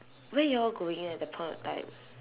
where you all going at that point of time